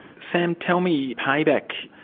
sam, tell me, payback,